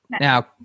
now